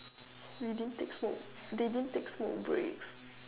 they didn't take smoke they didn't take smoke breaks